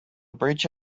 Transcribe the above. bridge